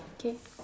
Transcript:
kay